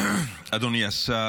אדוני השר,